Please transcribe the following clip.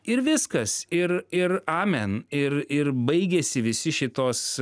ir viskas ir ir amen ir ir baigėsi visi šitos